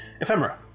Ephemera